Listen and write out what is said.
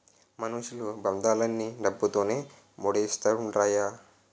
మనుషులు బంధాలన్నీ డబ్బుతోనే మూడేత్తండ్రయ్య